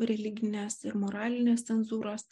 religinės ir moralinės cenzūros